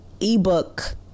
ebook